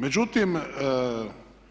Međutim,